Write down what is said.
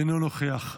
אינו נוכח.